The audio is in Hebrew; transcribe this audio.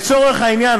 לצורך העניין,